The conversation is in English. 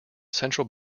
central